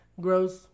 Gross